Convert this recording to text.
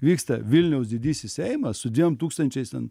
vyksta vilniaus didysis seimas su dviem tūkstančiais ten